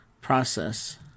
process